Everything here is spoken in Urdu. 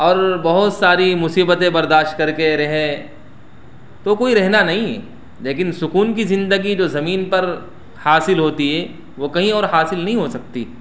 اور بہت ساری مصیبتیں برداشت کرکے رہے تو کوئی رہنا نہیں لیکن سکون کی زندگی تو زمین پر حاصل ہوتی ہے وہ کہیں اور حاصل نہیں ہو سکتی